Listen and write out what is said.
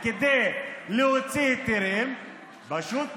כדי לומר שאני עולה לכאן כדי להציג חוק שסוף-סוף